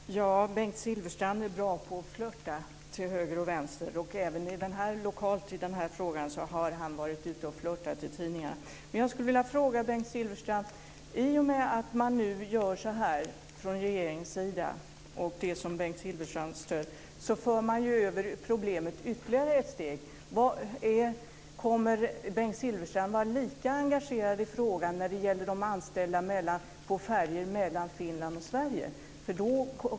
Fru talman! Bengt Silfverstrand är bra på att flirta till höger och vänster, och även lokalt har han i den här frågan varit ute och flirtat i tidningarna. I och med att man nu gör så här från regeringens sida, som Bengt Silverstrand stöder, för man ju över problemet ytterligare ett steg. Kommer Bengt Silverstrand att vara lika engagerad i frågan när det gäller de anställda på färjor mellan Finland och Sverige?